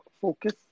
focus